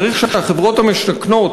צריך שהחברות המשכנות,